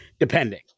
Depending